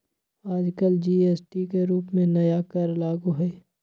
आजकल जी.एस.टी के रूप में नया कर लागू हई